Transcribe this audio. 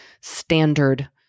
standard